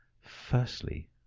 Firstly